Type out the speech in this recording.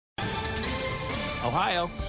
Ohio